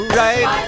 right